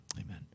Amen